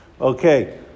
Okay